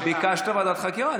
ביקשת ועדת חקירה,